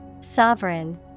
Sovereign